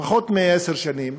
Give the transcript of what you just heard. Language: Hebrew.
פחות מעשר שנים,